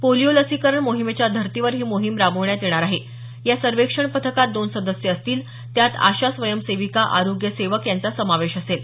polio लसीकरण मोहिमेच्या धर्तीवर ही मोहिम राबवण्यात येणार आहे या सर्वेक्षण पथकात दोन सदस्य असतील त्यात आशा स्वयंसेविका आरोग्य सेवक यांचा समावेश असेल